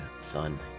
son